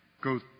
go